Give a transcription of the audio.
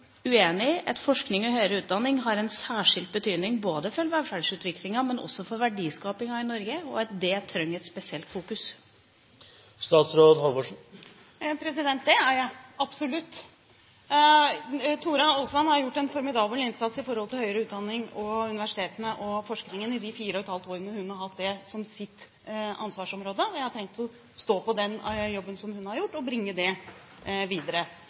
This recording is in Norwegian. i at forskning og høyere utdanning har en særskilt betydning for velferdsutviklinga, men også for verdiskapinga i Norge, og at det trenger spesielt fokus? Det er jeg – absolutt. Tora Aasland har gjort en formidabel innsats når det gjelder høyere utdanning, universitetene og forskningen i de fire og et halvt år hun har hatt det som sitt ansvarsområde. Jeg har tenkt å stå på i den jobben, som hun har gjort, og bringe det videre.